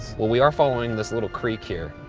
well we are following this little creek here.